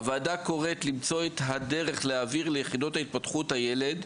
למצוא את הדרך להעביר ליחידות להתפתחות הילד,